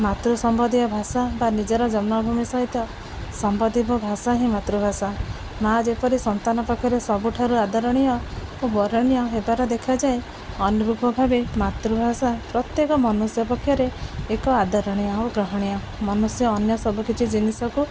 ମାତୃ ସମ୍ବନ୍ଧୀୟ ଭାଷା ବା ନିଜର ଜନ୍ମଭୂମି ସହିତ ସମ୍ବନ୍ଧୀୟ ଭାଷା ହିଁ ମାତୃଭାଷା ମାଆ ଯେପରି ସନ୍ତାନ ପାଖରେ ସବୁଠାରୁ ଆଦରଣୀୟ ଓ ବରଣୀୟ ହେବାର ଦେଖାଯାଏ ଅନୁରୂପ ଭାବେ ମାତୃଭାଷା ପ୍ରତ୍ୟେକ ମନୁଷ୍ୟ ପକ୍ଷରେ ଏକ ଆଦରଣୀୟ ଆଉ ଗ୍ରହଣୀୟ ମନୁଷ୍ୟ ଅନ୍ୟ ସବୁକିଛି ଜିନିଷକୁ